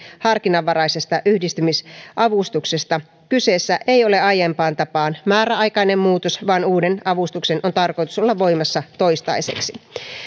harkinnanvaraisesta yhdistymisavustuksesta kyseessä ei ole aiempaan tapaan määräaikainen muutos vaan uuden avustuksen on tarkoitus olla voimassa toistaiseksi